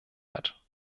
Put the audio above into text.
hat